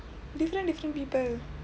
different different people